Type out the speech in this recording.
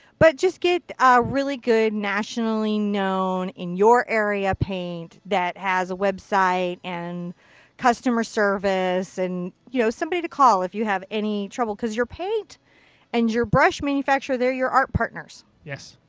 but just a really good nationally known, in your area, paint that has a website and customer service and you know somebody to call if you have any trouble. because your paint and your brush manufacturer their your art partners. yes.